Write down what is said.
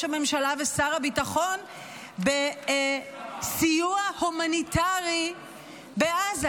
הממשלה ושר הביטחון בנוגע לסיוע ההומניטרי בעזה,